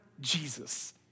Jesus